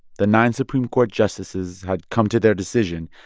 the nine supreme court justices had come to their decision.